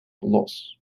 los